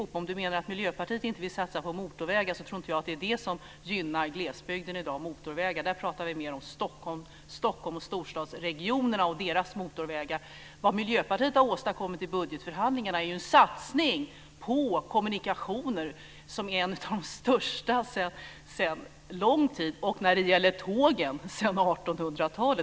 Om Harald Bergström menar att Miljöpartiet inte vill satsa på motorvägar så tror jag inte att det är motorvägar som gynnar glesbygden i dag. Där pratar vi mer om Stockholm, om storstadsregionerna och deras motorvägar. Vad Miljöpartiet har åstadkommit i budgetförhandlingarna är ju en satsning på kommunikationer som är en av de största sedan lång tid, när det gäller tågen den största sedan 1800-talet.